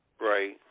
Right